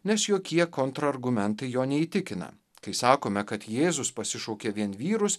nes jokie kontrargumentai jo neįtikina kai sakome kad jėzus pasišaukė vien vyrus